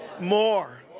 More